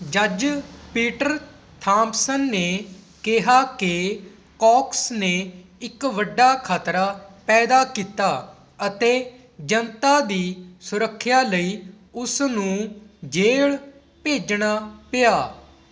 ਜੱਜ Peter Thompson ਨੇ ਕਿਹਾ ਕਿ ਕੌਕਸ ਨੇ ਇੱਕ ਵੱਡਾ ਖਤਰਾ ਪੈਦਾ ਕੀਤਾ ਅਤੇ ਜਨਤਾ ਦੀ ਸੁਰੱਖਿਆ ਲਈ ਉਸ ਨੂੰ ਜੇਲ੍ਹ ਭੇਜਣਾ ਪਿਆ